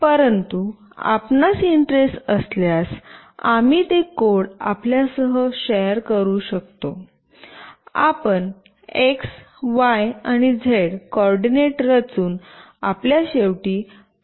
परंतु आपणास इंटरेस्ट असल्यास आम्ही ते कोड आपल्यासह शेअर करू शकतो आपण एक्स वाय आणि झेड कोऑर्डिनेट रचून आपल्या शेवटी प्रयत्न करू शकता